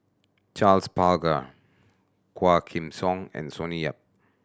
Charles Paglar Quah Kim Song and Sonny Yap